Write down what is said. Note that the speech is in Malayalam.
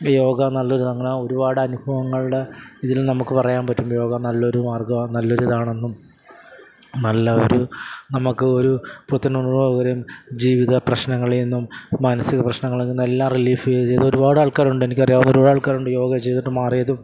യോഗ നല്ലൊരു ഒരുപാട് അനുഭവങ്ങളുടെ ഇതില്നിന്ന് നമുക്ക് പറയാന് പറ്റും യോഗ നല്ലൊരു മാര്ഗമാ നല്ലൊരു ഇതാണെന്നും നല്ല ഒരു നമുക്ക് ഒരു പുത്തനുണര്വ്വ് വരും ജീവിത പ്രശ്നങ്ങളിൽനിന്നും മാനസിക പ്രശ്നങ്ങളില്നിന്നെല്ലാം റിലീഫ് ചെയ്ത് ചെയ്ത ഒരുപാട് ആള്ക്കാരുണ്ട് എനിക്കറിയാവുന്ന ഒരുപാട് ആൾക്കാരുണ്ട് യോഗ ചെയ്തിട്ട് മാറിയതും